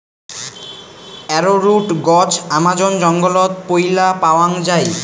arrowroot গছ Amazon জঙ্গলত পৈলা পাওয়াং যাই